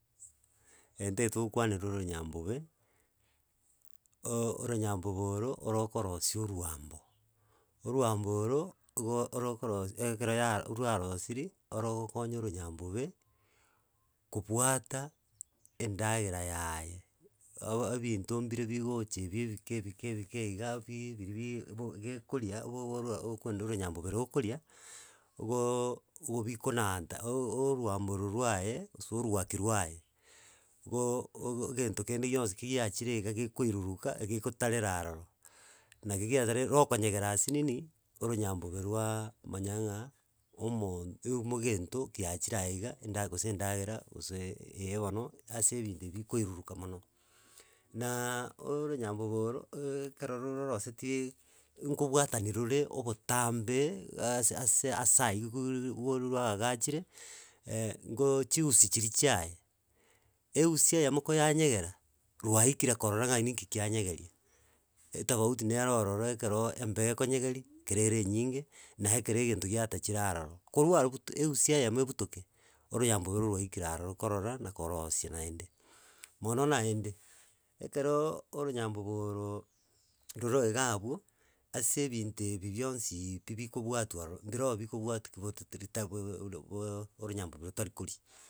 Gento etogokwanera ororonyambe, oronyambobe oro orokosi orwambo, orwambo oro igo orokorosi ekero ya rwarosiri, oro gokonya oronyambobe kobwata endagera yaye, obo ebinto mbire bigocha ebi ebike ebike ebike iga bii biribi bo gekoria, okoenda oronyambobe rokoria, igoooo bikonanta. Orwamboro rwaye gose orwaki rwaye, gooo ogo egento kende gionsi ki yacheire iga gekoiruruka egekotarera aroro, naki giatere rokonyegera asinini oronyambobe rwaaaa manya ng'a omoo iumo egento giachire aiga enda gose endagera gose eh bono, ase ebinto bikoirurukana mono. Naaaa oronyambobe oro, eee ekero roroseti nkobwatanirure ogotambe iga ase ase asa aywo goririr gorirurwa aagachire ngo chiusi chiri chiaye, eusi eyemo koyanyegera, rwaikire korora ng'a nki kianyegeria. Etabauti nero ororo ekero embeyo ekonyegeri kera ere enyinge, na ekera egento giatachire ororo, korwa arurbt eusi eyemo ebutoke, oronyambobe oro rwaikire aro korora nakorosia naende. Mono naende, ekerooo oronyambobe orooo rore iga abwo ase ebinto ebi bionsiii pi bikobwatwa aroro, mbiro bikobwatu ki booo oronyambobe botarikoria.